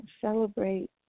celebrate